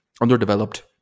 underdeveloped